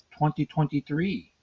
2023